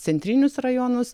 centrinius rajonus